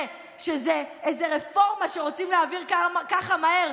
שזה איזו רפורמה שרוצים להעביר ככה מהר,